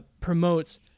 promotes